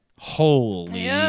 Holy